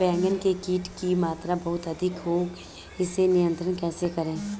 बैगन में कीट की मात्रा बहुत अधिक हो गई है इसे नियंत्रण कैसे करें?